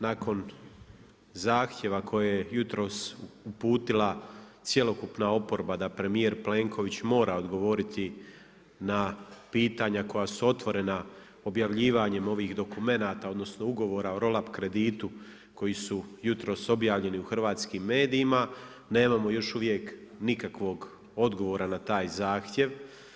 Nakon zahtjeva koje je jutros uputila cjelokupna oporba da premijer Plenković mora odgovoriti na pitanja koja su otvorena objavljivanjem ovih dokumenata odnosno ugovora o roll up kreditu koji su jutros objavljeni u hrvatskim medijima nemamo još uvijek nikakvog odgovora na taj zahtjev.